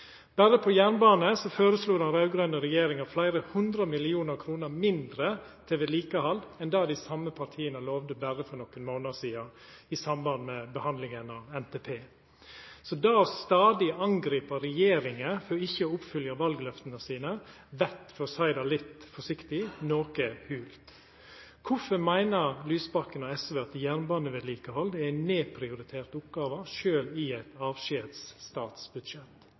Berre på jernbane føreslo den raud-grøne regjeringa fleire hundre millionar kroner mindre til vedlikehald enn det dei same partia lova berre for nokre månader sidan, i samband med behandlinga av NTP. Det stadig å angripa regjeringa for ikkje å oppfylla valløfta sine, vert – for å seia det litt forsiktig – noko hult. Kvifor meiner Lysbakken og SV at jernbanevedlikehald er ei nedprioritert oppgåve, sjølv i eit